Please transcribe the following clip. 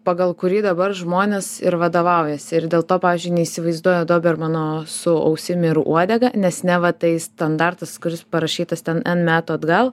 pagal kurį dabar žmonės ir vadovaujasi ir dėl to pavyzdžiui neįsivaizduoja dobermano su ausim ir uodega nes neva tai standartas kuris parašytas ten n metų atgal